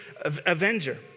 avenger